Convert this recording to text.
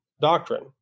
doctrine